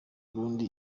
burundi